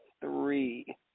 three